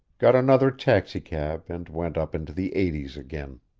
got another taxicab and went up into the eighties again.